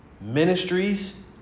ministries